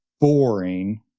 boring